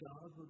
God